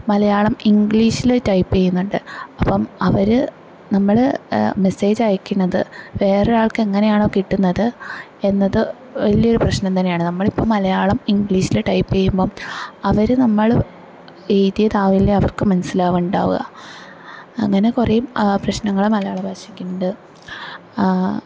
മലയാളം ഇംഗ്ലീഷില് ടൈപ് ചെയ്യുന്നുണ്ട് അപ്പം അവര് നമ്മള് മെസേജ് അയക്കുന്നത് വേറൊരാൾക്ക് എങ്ങനെയാണോ കിട്ടുന്നത് എന്നത് വലിയൊരു പ്രശ്നം തന്നെയാണ് നമ്മളിപ്പം മലയാളം ഇംഗ്ലീഷില് ടൈപ് ചെയ്യുമ്പം അവര് നമ്മള് എഴുതിയതാവില്ല അവർക്ക് മനസ്സിലാവുണ്ടാവുക അങ്ങനെ കുറെ പ്രശ്നങ്ങള് മലയാള ഭാഷയ്ക്കുണ്ട്